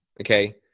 okay